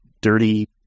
dirty